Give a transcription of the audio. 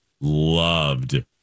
loved